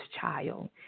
child